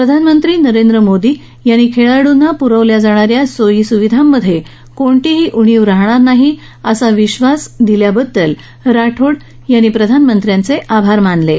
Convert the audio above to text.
प्रधानमंत्री नरेंद्र मोदी यांनी खेळाडूंना पुरवल्या जाणा या सोयीसुविधांमध्ये कोणतीही उणीव राहणार नाही असा विधास खेळाडूंमध्ये जागवल्याबद्दल राठोड यांनी प्रधानमंत्र्यांचे आभार मानले आहेत